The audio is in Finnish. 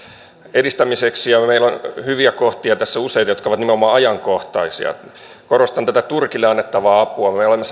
edistämiseksi ja meillä on hyviä kohtia tässä useita jotka ovat nimenomaan ajankohtaisia korostan tätä turkille annettavaa apua me